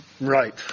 Right